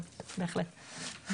אבל בהחלט.